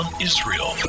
israel